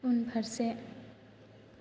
उनफारसे